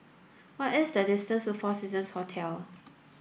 what is the distance to Four Seasons Hotel